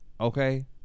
okay